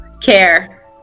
Care